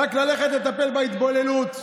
רק ללכת לטפל בהתבוללות.